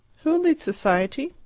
who leads society?